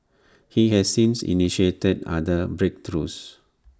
he has since initiated other breakthroughs